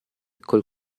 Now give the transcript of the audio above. col